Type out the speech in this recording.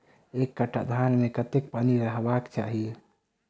एक कट्ठा धान मे कत्ते पानि रहबाक चाहि?